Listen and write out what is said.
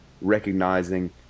recognizing